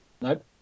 Nope